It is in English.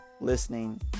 listening